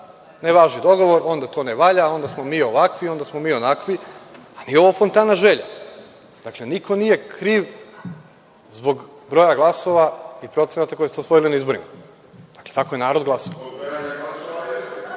ne važi dogovor, onda to ne valja, onda smo mi ovakvi, onda smo mi onakvi, a nije ovo fontana želja. Dakle, niko nije kriv zbog broja glasova i procenata koje ste osvojili na izborima. Dakle, tako je narod glasao